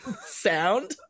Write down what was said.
sound